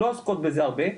לא עוסקות בהם הרבה,